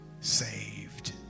saved